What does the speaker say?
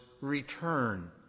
return